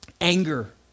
Anger